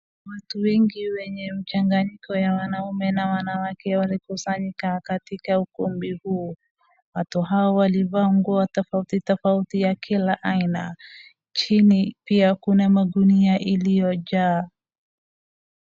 Watu wengi wenye mchanganyiko ya wanaume na wanawake walikusanyika katika ukumbi huu. Watu hao walibaa nguo tofauti tofauti ya kila aina. Chini pia kuna magunia iliyojaa.